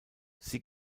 sie